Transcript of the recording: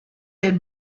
del